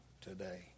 today